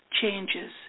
changes